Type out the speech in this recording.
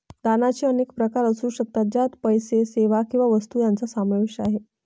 दानाचे अनेक प्रकार असू शकतात, ज्यात पैसा, सेवा किंवा वस्तू यांचा समावेश आहे